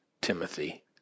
Timothy